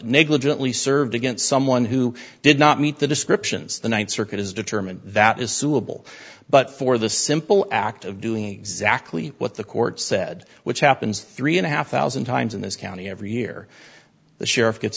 negligently served against someone who did not meet the descriptions the ninth circuit has determined that is suitable but for the simple act of doing exactly what the court said which happens three and a half thousand times in this county every year the sheriff gets